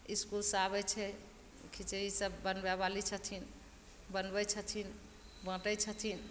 इसकुलसँ आबय छै खिचड़ी सब बनबयवाली छथिन बनबय छथिन बाँटय छथिन